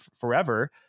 forever